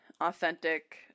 authentic